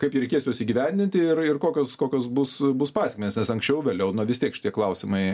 kaip jį reikės juos įgyvendinti ir ir kokios kokios bus bus pasekmės nes anksčiau vėliau na vis tiek šitie klausimai